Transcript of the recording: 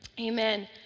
Amen